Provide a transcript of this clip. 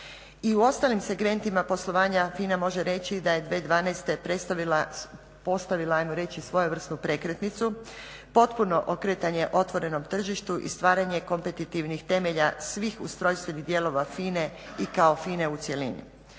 I u ostalim segmentima poslovanja FINA može reći da je 2012.postavila svojevrsnu prekretnicu potpuno okretanje otvorenom tržištu i stvaranje kompetitivnih temelja svih ustrojstvenih dijelova FINA-e i kao FINA–e u cjelini,